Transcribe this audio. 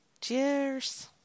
Cheers